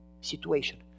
situation